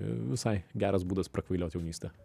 visai geras būdas prakvailiot jaunystę